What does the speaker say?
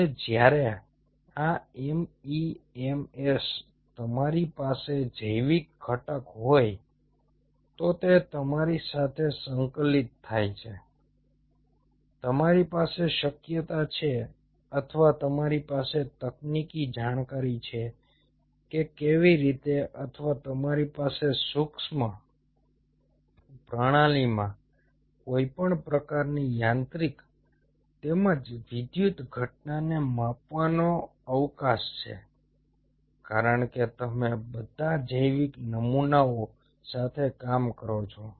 અને જ્યારે આ MEMS પર તમારી પાસે જૈવિક ઘટક હોય તો તે તમારી સાથે સંકલિત થાય છે તમારી પાસે શક્યતા છે અથવા તમારી પાસે તકનીકી જાણકારી છે કે કેવી રીતે અથવા તમારી પાસે સૂક્ષ્મ પ્રણાલીમાં કોઈપણ પ્રકારની યાંત્રિક તેમજ વિદ્યુત ઘટનાને માપવાનો અવકાશ છે કારણ કે તમે બધા જૈવિક નમૂનાઓ સાથે કામ કરો છો